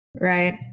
Right